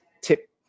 tip